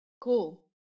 cool